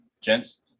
Gents